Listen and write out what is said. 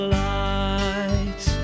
light